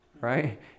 Right